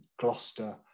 Gloucester